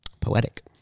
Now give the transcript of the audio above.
Poetic